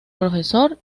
profesor